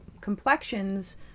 complexions